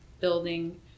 building